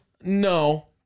No